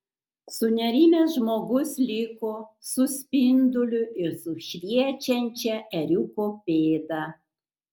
sunerimęs žmogus liko su spinduliu ir su šviečiančia ėriuko pėda